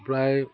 প্ৰায়